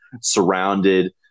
surrounded